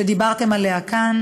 שדיברתם עליה כאן,